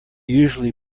usually